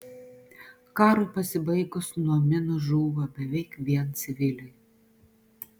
karui pasibaigus nuo minų žūva beveik vien civiliai